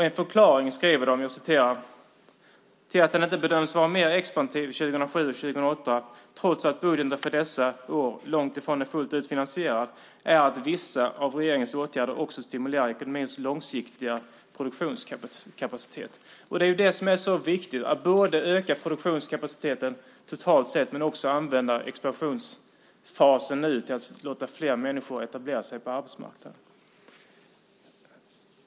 En förklaring till att den inte bedöms vara mer expansiv 2007-2008, trots att budgeten för dessa år långt ifrån är fullt ut finansierad, är att vissa av regeringens åtgärder också stimulerar ekonomins långsiktiga produktionskapacitet. Det är så viktigt att både öka produktionskapaciteten totalt sett och också använda expansionsfasen nu till att låta fler människor etablera sig på arbetsmarknaden.